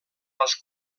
als